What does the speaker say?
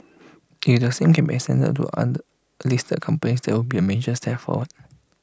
if the same can be extended to the other listed companies that would be A major step forward